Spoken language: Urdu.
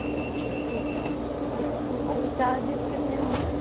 اوکے ٹھیک ہے چارجز کتنے ہوں گے